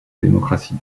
démocratie